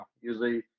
Usually